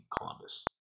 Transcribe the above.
Columbus